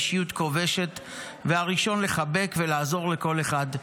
אישיות כובשת והראשון לחבק ולעזור לכל אחד",